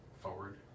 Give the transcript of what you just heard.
forward